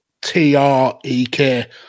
T-R-E-K